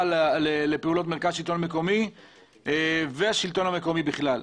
לפעולות מרכז השלטון המקומי והשלטון המקומי בכלל: